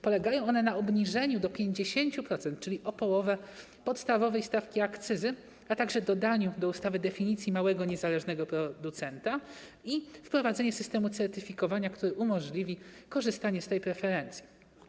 Polega ona na obniżeniu do 50%, czyli o połowę, podstawowej stawki akcyzy, a także dodaniu do ustawy definicji małego, niezależnego producenta i wprowadzeniu systemu certyfikowania, który umożliwi korzystanie z tej preferencji.